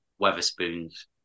Weatherspoon's